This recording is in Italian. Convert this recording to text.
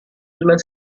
ella